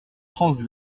france